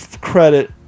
credit